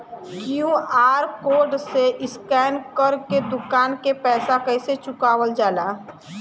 QR code से scan कर के दुकान के पैसा कैसे चुकावल जाला?